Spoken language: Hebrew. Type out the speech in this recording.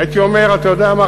הייתי אומר: אתה יודע מה,